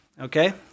Okay